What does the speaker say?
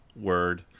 word